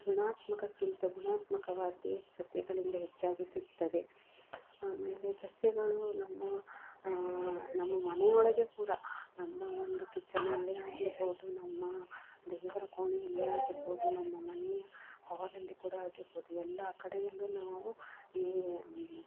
ಋಣಾತ್ಮಕಕ್ಕಿಂತ ಗುಣಾತ್ಮಕವಾದದ್ದೇ ಸಸ್ಯಗಳಿಂದ ಹೆಚ್ಚಾಗಿ ಸಿಗ್ತದೆ ಆಮೇಲೆ ಸಸ್ಯಗಳೂ ನಮ್ಮ ನಮ್ಮ ಮನೆಯೊಳಗೆ ಕೂಡ ನಮ್ಮ ಒಂದು ಕಿಚನಲ್ಲಿ ಆಗಿರ್ಬೋದು ನಮ್ಮ ದೇವರಕೋಣೆಯಲ್ಲಿ ಆಗಿರ್ಬೋದು ನಮ್ಮ ಮನೆಯ ಹಾಲಲ್ಲಿ ಕೂಡ ಆಗಿರ್ಬೋದು ಎಲ್ಲ ಕಡೆಯಲ್ಲೂ ನಾವು ಈ